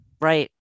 right